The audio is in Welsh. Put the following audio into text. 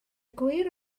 gwir